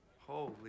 Holy